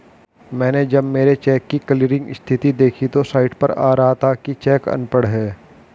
मैनें जब मेरे चेक की क्लियरिंग स्थिति देखी तो साइट पर आ रहा था कि चेक अनपढ़ है